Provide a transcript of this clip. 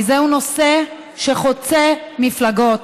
כי זהו נושא שחוצה מפלגות.